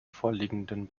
vorliegenden